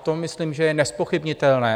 To myslím, že je nezpochybnitelné.